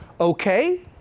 Okay